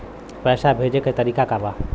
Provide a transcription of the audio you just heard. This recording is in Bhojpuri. पैसा भेजे के तरीका का बा?